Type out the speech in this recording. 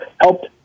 helped